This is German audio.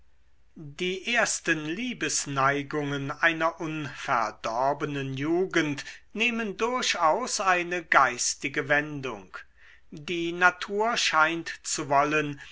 die ersten liebesneigungen einer unverdorbenen jugend nehmen durchaus eine geistige wendung die natur scheint zu wollen